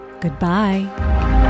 Goodbye